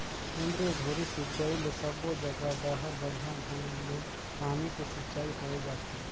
केंद्रीय धुरी सिंचई ले सबो जघा डहर बड़िया ढंग ले पानी के सिंचाई होय जाथे